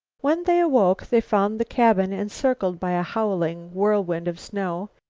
when they awoke, they found the cabin encircled by a howling whirlwind of snow,